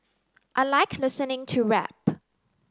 I like listening to rap